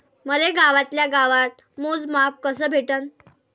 मले गावातल्या गावात मोजमाप कस भेटन?